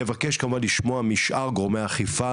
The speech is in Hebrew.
לבקש כמובן לשמוע משאר גורמי האכיפה,